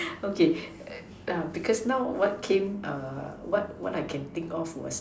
okay err because now what came err what what I can think of was